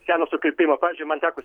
seno sukirpimo pavyzdžiui man teko